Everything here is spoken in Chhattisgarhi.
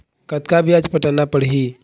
कतका ब्याज पटाना पड़ही?